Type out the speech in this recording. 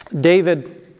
David